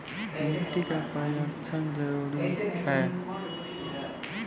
मिट्टी का परिक्षण जरुरी है?